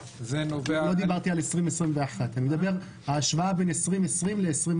לא דיברתי על 2021. אני מדבר על ההשוואה בין 2020 ל-2022.